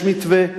יש מתווה.